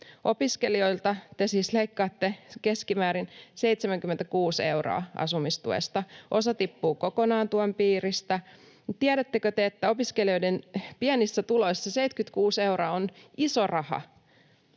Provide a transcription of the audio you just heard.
Opiskelijoilta te siis leikkaatte keskimäärin 76 euroa asumistuesta. Osa tippuu kokonaan tuen piiristä. Tiedättekö te, että opiskelijoiden pienissä tuloissa 76 euroa on iso raha?